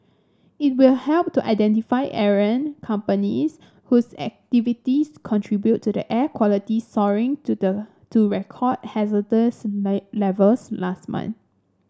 it will help to identify errant companies whose activities contributed to the air quality soaring to the to record hazardous may levels last month